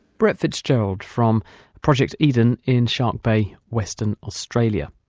brett fitzgerald from project eden in shark bay, western australia